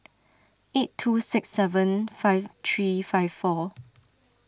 eight two six seven five three five four